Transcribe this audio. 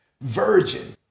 virgin